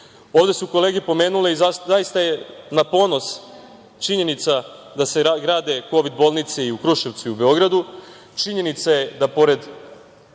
Ovde su kolege pomenule i zaista je na ponos činjenica da se grade kovid bolnice i u Kruševcu i u Beogradu, činjenica je da pored